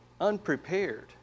unprepared